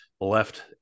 left